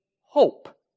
Hope